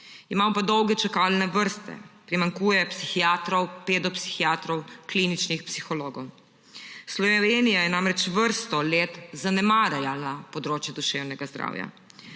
imamo pa dolge čakalne vrste, primanjkuje psihiatrov, pedopsihiatrov, kliničnih psihologov. Slovenija je namreč vrsto let zanemarjala področje duševnega zdravja.